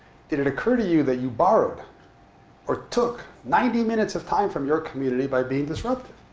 did it occur to you that you borrowed or took ninety minutes of time from your community by being disruptive?